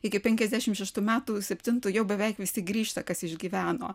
iki penkiasdešimt šeštų metų septinto jau beveik visi grįžta kas išgyveno